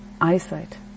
eyesight